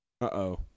Uh-oh